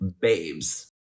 babes